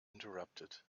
interrupted